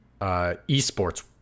eSports